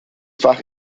fach